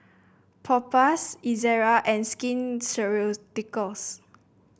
Propass Ezerra and Skin